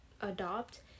adopt